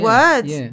Words